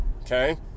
okay